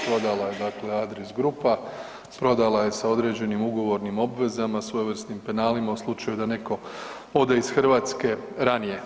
Prodala je dakle Adris grupa, prodala je sa određenim ugovornim obvezama svojevrsnim penalima u slučaju da neko ode iz Hrvatske ranije.